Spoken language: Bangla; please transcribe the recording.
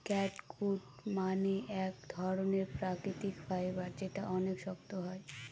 ক্যাটগুট মানে এক ধরনের প্রাকৃতিক ফাইবার যেটা অনেক শক্ত হয়